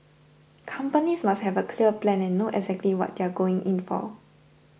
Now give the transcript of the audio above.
companies must have a clear plan and know exactly what they are going in for